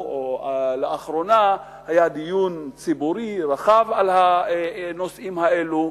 לאחרונה היה דיון ציבורי רחב על הנושאים האלה,